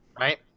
Right